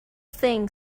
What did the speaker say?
thing